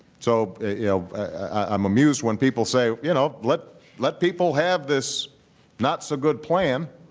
so i'm amused when people say, you know let let people have this not-so-good plan,